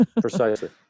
Precisely